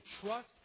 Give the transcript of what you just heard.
trust